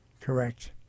Correct